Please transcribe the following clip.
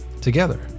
together